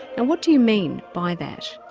and what do you mean by that?